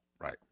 right